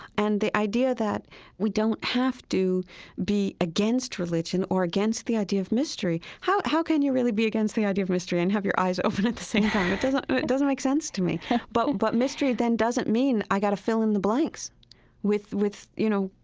and the idea that we don't have to be against religion or against the idea of mystery. how how can you really be against the idea of mystery and have your eyes open at the same yeah time? it doesn't make sense to me but but mystery, then, doesn't mean i've got to fill in the blanks with, you know,